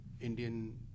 Indian